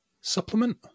supplement